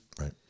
Right